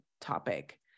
topic